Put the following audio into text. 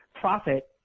profit